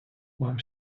вам